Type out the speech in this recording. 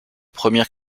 premières